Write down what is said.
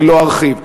ולא ארחיב.